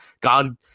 God